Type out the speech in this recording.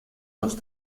los